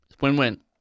Win-win